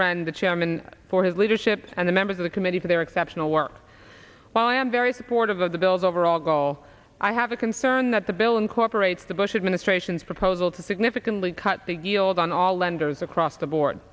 friend the chairman for his leadership and the members of the committee for their exceptional work while i am very supportive of the bill's overall goal i have a concern that the bill incorporates the bush administration's proposal to significantly cut the yield on all lenders across the board